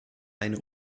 eine